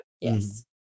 Yes